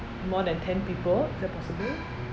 more than ten people is that possible